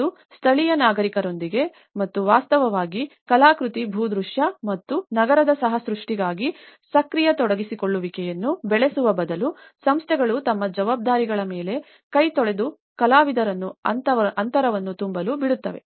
ಮತ್ತು ಸ್ಥಳೀಯ ನಾಗರಿಕರೊಂದಿಗೆ ಮತ್ತು ವಾಸ್ತವವಾಗಿ ಕಲಾತ್ಮಕ ಭೂದೃಶ್ಯ ಮತ್ತು ನಗರದ ಸಹ ಸೃಷ್ಟಿಗಾಗಿ ಸಕ್ರಿಯ ತೊಡಗಿಸಿಕೊಳ್ಳುವಿಕೆಯನ್ನು ಬೆಳೆಸುವ ಬದಲು ಸಂಸ್ಥೆಗಳು ತಮ್ಮ ಜವಾಬ್ದಾರಿಗಳ ಮೇಲೆ ಕೈ ತೊಳೆದು ಕಲಾವಿದರನ್ನು ಅಂತರವನ್ನು ತುಂಬಲು ಬಿಡುತ್ತವೆ